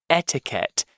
etiquette